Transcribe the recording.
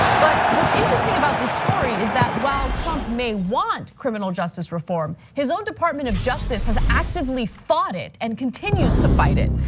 but what's interesting about this story is that while trump may want criminal justice reform, his own department of justice has actively fought it and continues to fight it.